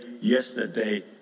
yesterday